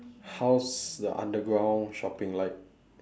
how's the underground shopping like